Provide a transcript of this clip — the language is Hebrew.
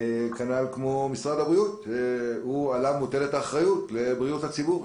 כמו משרד הבריאות שעליו מוטלת האחריות לבריאות הציבור.